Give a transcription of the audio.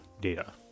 data